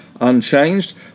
unchanged